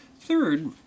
Third